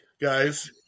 guys